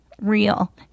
real